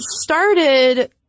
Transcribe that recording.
started